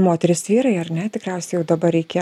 moterys vyrai ar ne tikriausiai jau dabar reikia